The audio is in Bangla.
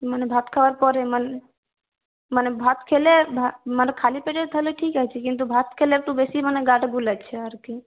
মানে ভাত খাওয়ার পরে মানে ভাত খেলে মানে খালি পেটে তাহলে ঠিক আছি কিন্তু ভাত খেলে একটু বেশি মানে গাটা গুলাচ্ছে আর কি